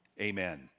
amen